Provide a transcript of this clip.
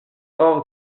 hors